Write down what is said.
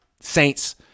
Saints